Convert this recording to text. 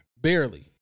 Barely